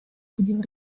будем